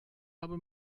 habe